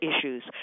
issues